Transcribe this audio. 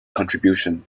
contribution